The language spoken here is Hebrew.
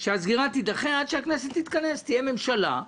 שהסגירה תידחה עד שהכנסת תתכנס, תהיה ממשלה,